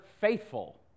faithful